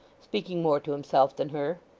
speaking more to himself than her.